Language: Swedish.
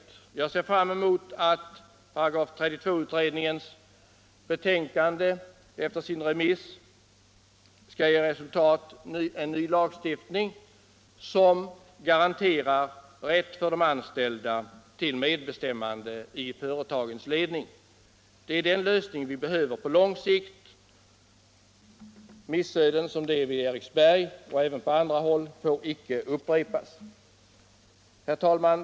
Därför ser jag fram mot att § 32-utredningens betänkande efter remissförfarandet skall resultera i en ny lagstiftning som garanterar rätt för de anställda till medbestämmande i företagens ledning. Det är den lösningen vi behöver på lång sikt. Missöden som det vid Eriksberg och på andra håll får inte upprepas. Herr talman!